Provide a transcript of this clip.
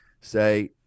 say